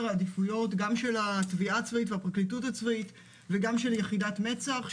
העדיפויות גם של התביעה הצבאית והפרקליטות הצבאית וגם של יחידת מצ"ח,